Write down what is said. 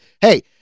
hey